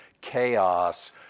chaos